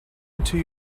until